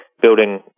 Building